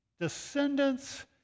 descendants